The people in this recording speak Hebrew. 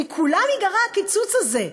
מכולם ממש ייגרע הקיצוץ הזה,